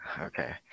Okay